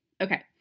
Okay